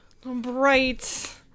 bright